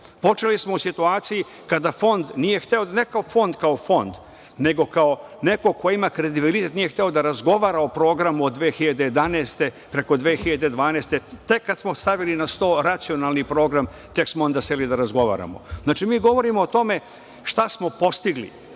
Počeli smo u situaciji kada Fond nije hteo, ne Fond kao Fond, nego kao neko ko ima kredibilitet, nije hteo da razgovara o programu od 2011. preko 2012. godine. Tek kad smo stavili na sto racionalni program, tek smo onda seli da razgovaramo. Znači, mi govorimo o tome šta smo postigli.